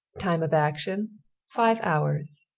time of action five hours.